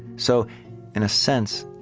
so in a sense,